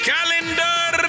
Calendar